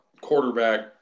quarterback